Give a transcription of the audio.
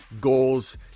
goals